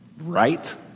right